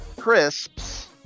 Crisps